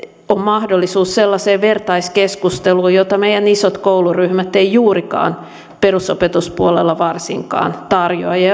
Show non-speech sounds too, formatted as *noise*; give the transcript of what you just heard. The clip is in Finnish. on mahdollisuus sellaiseen vertaiskeskusteluun jota meidän isot kouluryhmät eivät juurikaan perusopetuspuolella varsinkaan tarjoa ja ja *unintelligible*